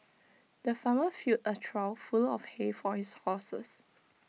the farmer filled A trough full of hay for his horses